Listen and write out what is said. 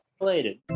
related